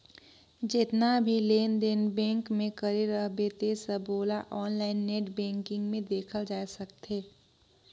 जेतना भी लेन देन बेंक मे करे रहबे ते सबोला आनलाईन नेट बेंकिग मे देखल जाए सकथे